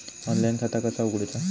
Online खाता कसा उगडूचा?